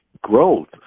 growth